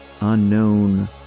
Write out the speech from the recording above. unknown